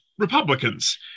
Republicans